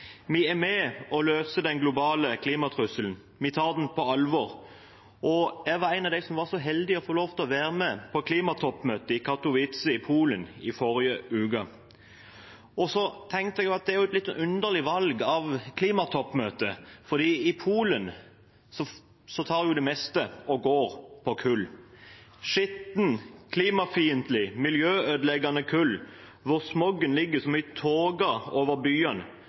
er med på å løse den globale trusselen, vi tar den på alvor. Jeg var en av dem som var så heldig å få lov til å være med på klimatoppmøtet i Katowice i Polen i forrige uke. Og jeg tenkte det var et litt underlig valg for et klimatoppmøte, for i Polen går det meste på kull – skittent, klimafiendtlig, miljøødeleggende kull, og smogen ligger som en tåke over byene.